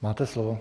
Máte slovo.